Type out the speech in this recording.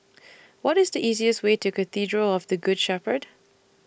What IS The easiest Way to Cathedral of The Good Shepherd